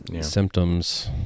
Symptoms